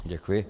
Děkuji.